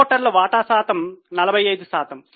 ప్రమోటర్ల వాటా శాతం 45 శాతం